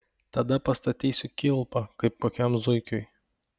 tada pastatysiu kilpą kaip kokiam zuikiui